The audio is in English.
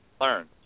learn